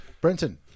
Brenton